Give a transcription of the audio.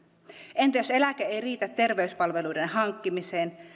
entä jos eläke ei riitä terveyspalveluiden hankkimiseen